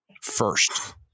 first